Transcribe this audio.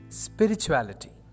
spirituality